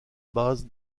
base